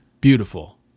beautiful